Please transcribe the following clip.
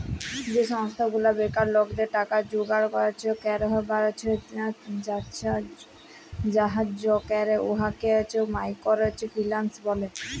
যে সংস্থা গুলা বেকার লকদের টাকা জুগাড় ক্যইরবার ছাহাজ্জ্য ক্যরে উয়াকে মাইকর ফিল্যাল্স ব্যলে